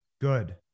Good